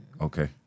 Okay